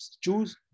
choose